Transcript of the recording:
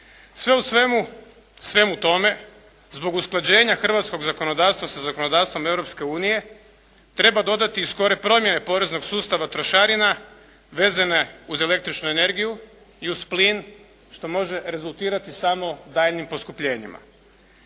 Sve u svemu tome zbog usklađenja hrvatskog zakonodavstva sa zakonodavstvom Europske unije, treba dodati i skore promjene poreznog sustava trošarina, vezano uz električnu energiju i uz plin, što može rezultirati samo daljnjim poskupljenjima.